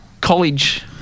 college